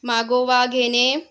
मागोवा घेणे